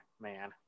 man